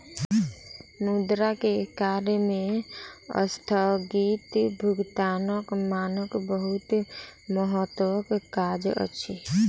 मुद्रा के कार्य में अस्थगित भुगतानक मानक बहुत महत्वक काज अछि